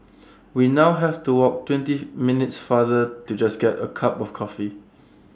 we now have to walk twenty minutes farther to just get A cup of coffee